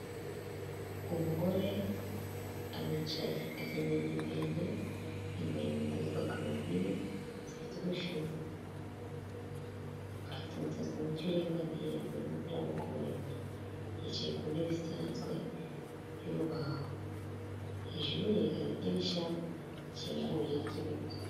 Umugore aricaye, akenyeye igitenge, yambaye inkweto za kamambiri zifite udushumi. Afite umusatsi muke uringaniye, yambaye n'umupira w'amaboko maremare. Yicaye ku ntebe isanzwe y'urubaho. Hejuru ye hari idirishya rikinguye ry'ibiti.